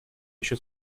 еще